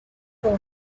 for